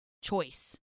choice